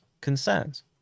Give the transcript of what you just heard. concerns